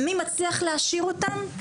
מי מצליח להשאיר אותם,